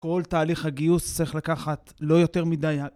כל תהליך הגיוס צריך לקחת לא יותר מדי